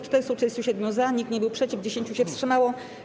437 - za, nikt nie był przeciw, 10 się wstrzymało.